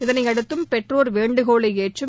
இதனையடுத்தம் பெற்றோர் வேண்டுகோளை ஏற்றம்